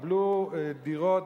קיבלו דירות,